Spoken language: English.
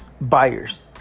buyers